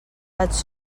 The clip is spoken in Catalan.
plats